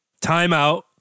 Timeout